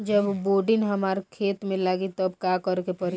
जब बोडिन हमारा खेत मे लागी तब का करे परी?